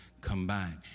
combined